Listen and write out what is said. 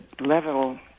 level